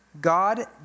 God